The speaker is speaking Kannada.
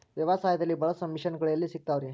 ವ್ಯವಸಾಯದಲ್ಲಿ ಬಳಸೋ ಮಿಷನ್ ಗಳು ಎಲ್ಲಿ ಸಿಗ್ತಾವ್ ರೇ?